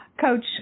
Coach